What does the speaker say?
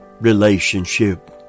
relationship